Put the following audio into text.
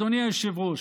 אדוני היושב-ראש,